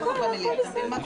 חוקה, הכול בסדר.